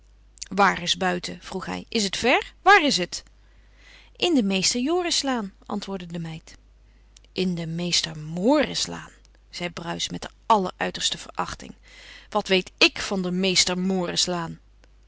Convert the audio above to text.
waar is buiten vroeg hij is het ver waar is het in de meester jorislaan antwoordde de meid in de meester morislaan zei bruis met de alleruiterste verachting wat weet ik van de meester morislaan